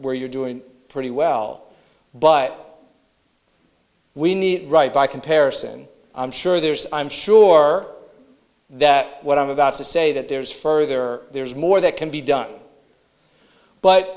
where you're doing pretty well but we need right by comparison i'm sure there's i'm sure that what i'm about to say that there's further there's more that can be done but